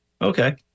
Okay